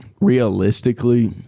realistically